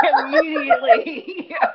immediately